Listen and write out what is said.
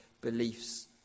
beliefs